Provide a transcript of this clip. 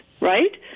right